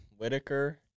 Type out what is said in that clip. Whitaker